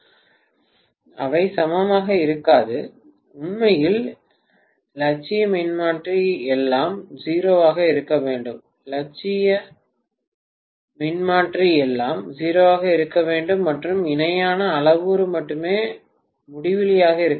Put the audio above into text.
மாணவர் 1728 பேராசிரியர் அவை சமமாக இருக்காது உண்மையில் இலட்சிய மின்மாற்றி எல்லாம் 0 ஆக இருக்க வேண்டும் இலட்சிய மின்மாற்றி எல்லாம் 0 ஆக இருக்க வேண்டும் மற்றும் இணையான அளவுரு மட்டுமே முடிவிலியாக இருக்க வேண்டும்